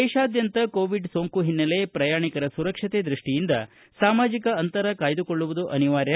ದೇಶಾದ್ಯಂತ ಕೋವಿಡ್ ಸೋಂಕು ಹಿನ್ನೆಲೆ ಪ್ರಯಾಣಿಕರ ಸುರಕ್ಷತೆ ದೃಷ್ಟಿಯಿಂದ ಸಾಮಾಜಿಕ ಅಂತರ ಕಾಯ್ದುಕೊಳ್ಳುವುದು ಅನಿವಾರ್ಯ